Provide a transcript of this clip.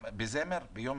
ביום